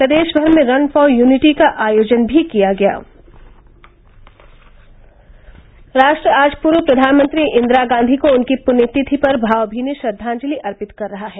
प्रदेश भर में run for unity का आयोजन भी किया गया राष्ट्र आज पूर्व प्रधानमंत्री इंदिरा गांधी को उनकी पृण्य तिथि पर भावमीनी श्रद्वांजलि अर्पित कर रहा है